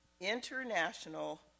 international